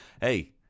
hey